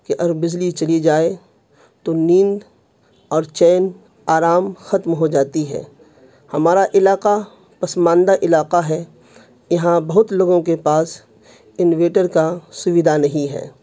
کہ اگر بجلی چلی جائے تو نیند اور چین آرام ختم ہو جاتی ہے ہمارا علاقہ پسماندہ علاقہ ہے یہاں بہت لوگوں کے پاس انویٹر کا سویدھا نہیں ہے